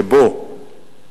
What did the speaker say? שבו